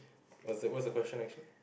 what's the what's the question next one